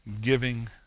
giving